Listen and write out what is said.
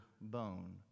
bone